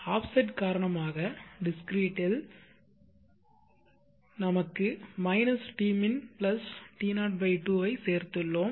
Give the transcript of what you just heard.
offset காரணமாக Discrete இல் நாங்கள் tmin T0 2 ஐ சேர்த்துள்ளோம்